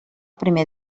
primer